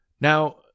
Now